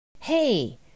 Hey